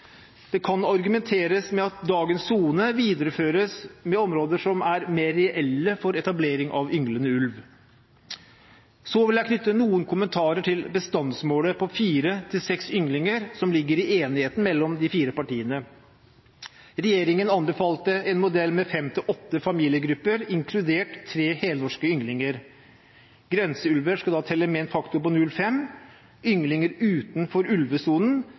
Det kan argumenteres for at dagens sone videreføres med områder som er mer reelle for etablering av ynglende ulv. Så vil jeg knytte noen kommentarer til bestandsmålet på fire–seks ynglinger som ligger i enigheten mellom de fire partiene. Regjeringen anbefalte en modell med fem–åtte familiegrupper inkludert tre helnorske ynglinger. Grenseulver skal da telle med en faktor på 0,5, og ynglinger utenfor ulvesonen